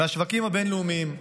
מהשווקים הבין-לאומיים,